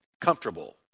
comfortable